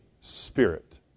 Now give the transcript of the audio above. Spirit